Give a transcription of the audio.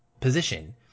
position